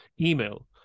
email